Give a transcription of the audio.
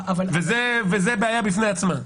זאת בעיה בפני עצמה.